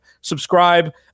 Subscribe